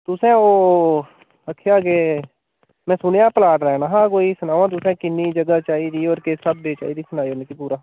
तुसे ओ आखेआ के में सुनेआ प्लाट लैना हा कोई सनाओ तुसें किन्नी जगह् चाहिदी होर किस स्हाबें दी चाहिदी सनाएओ मिगी पूरा